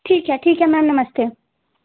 ठीक है ठीक है मैम नमस्ते